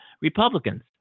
Republicans